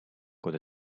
good